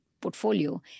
portfolio